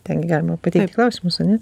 ten gi galima pateikti klausimus ane